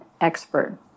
expert